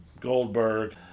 goldberg